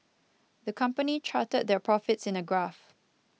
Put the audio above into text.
the company charted their profits in a graph